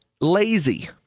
lazy